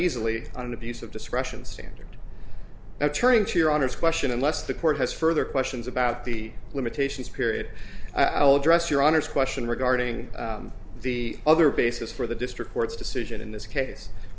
easily on abuse of discretion standard now turning to your honor's question unless the court has further questions about the limitations period i'll address your honor's question regarding the other basis for the district court's decision in this case